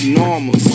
normal